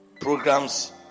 programs